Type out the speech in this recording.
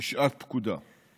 לשעת פקודה.